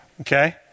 Okay